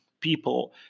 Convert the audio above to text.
people